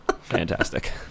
Fantastic